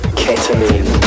ketamine